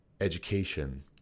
education